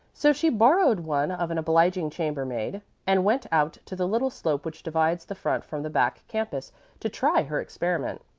so she borrowed one of an obliging chambermaid and went out to the little slope which divides the front from the back campus to try her experiment.